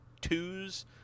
twos